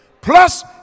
plus